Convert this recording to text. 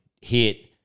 hit